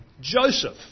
Joseph